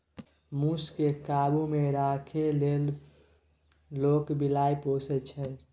मुस केँ काबु मे राखै लेल लोक बिलाइ पोसय छै